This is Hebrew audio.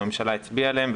והממשלה הצביעה עליהם.